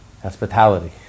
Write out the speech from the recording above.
hospitality